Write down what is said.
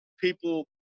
People